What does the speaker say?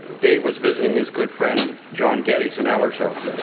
dave was visiting his good friend john geddes in ellershouse.